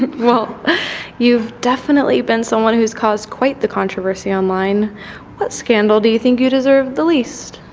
well you've definitely been someone who's caused quite the controversy online what scandal do you think you deserve the least